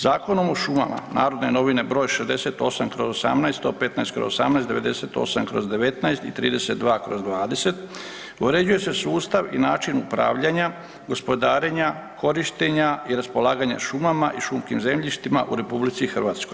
Zakonom o šumama, Narodne novine broj 68/18, 115/18, 98/19 i 32/20 uređuje se sustav i način upravljanja, gospodarenja, korištenja i raspolaganja šumama i šumskim zemljištima u RH.